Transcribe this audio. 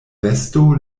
vesto